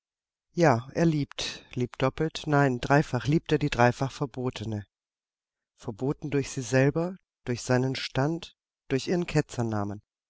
ja er liebt liebt doppelt nein dreifach liebt er die dreifach verbotene verboten durch sie selber durch seinen stand durch ihren ketzernamen